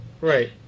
Right